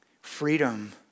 Freedom